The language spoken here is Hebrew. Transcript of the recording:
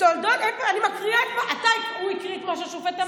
הוא הקריא את מה שהשופט אמר,